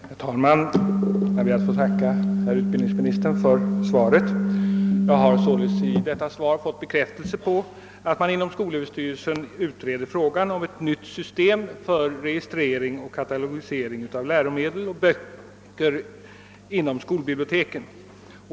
Herr talman! Jag ber att få tacka herr utbildningsministern för svaret, i vilket jag har fått bekräftelse på att man inom skolöverstyrlesen utreder frågan om ett nytt system för registrering och katalogisering av läromedel och böcker inom skolbiblioteken.